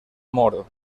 moro